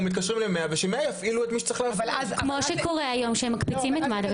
מתקשרים ל-100 וש-100 יפעילו מי שצריך